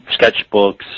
sketchbooks